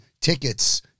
tickets